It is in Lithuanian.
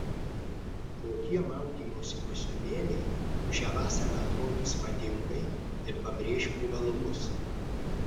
kokie maudymosi kostiumėliai šią vasarą atrodys madingai ir pabrėš privalumus